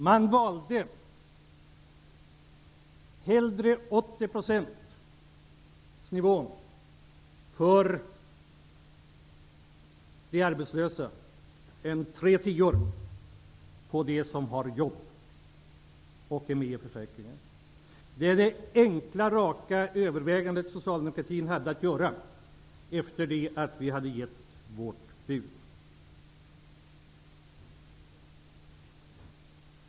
Man valde hellre 80-procentsnivån för de arbetslösa än tre tior från dem som har jobb och är med i försäkringen. Det var det enkla, raka övervägandet som socialdemokratin hade att göra, efter det att vi hade gett vårt bud.